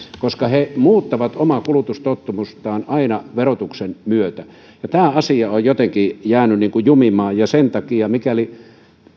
koska he muuttavat omaa kulutustottumustaan aina verotuksen myötä tämä asia on jotenkin jäänyt niin kuin jumimaan ja sen takia mikäli